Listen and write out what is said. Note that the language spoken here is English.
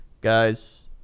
Guys